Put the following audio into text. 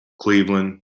Cleveland